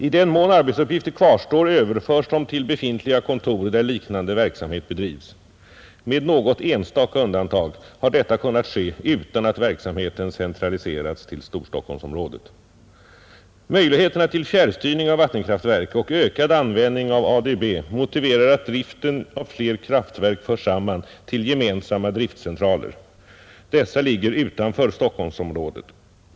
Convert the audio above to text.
I den mån arbetsuppgifter kvarstår överförs de till befintliga kontor där liknande verksamhet bedrivs. Med något enstaka undantag har detta kunnat ske utan att verksamheten centraliserats till Storstockholmsområdet. Möjligheterna till fjärrstyrning av vattenkraftverk och ökad användning av ADB motiverar att driften av fler kraftverk förs samman till gemensamma driftcentraler. Dessa ligger utanför Storstockholmsområdet.